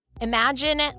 Imagine